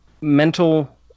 mental